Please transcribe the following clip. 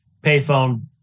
payphone